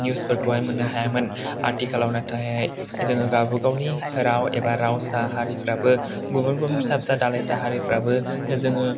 निउसफोरखौहाय मोननो हायामोन आथिखालाव नाथाय जोङो गावबा गावनि राव एबा रावसा हारिफ्राबो गुबुन गुबुन फिसा फिसा दालायसा हारिफ्राबो जोङो